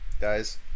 guys